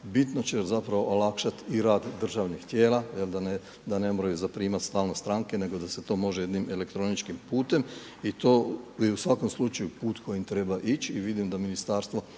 bitno će olakšati i rad državnih tijela da ne moraju zaprimati stalno stranke, nego da se to može jednim elektroničkim putem i to je u svakom slučaju put kojim treba ići i vidim da ministarstvo